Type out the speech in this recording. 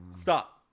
Stop